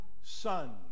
son